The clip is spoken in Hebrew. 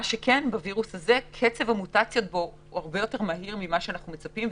בווירוס הזה קצב המוטציות הרבה יותר מהיר ממה שאנחנו מצפים,